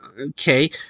Okay